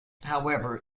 however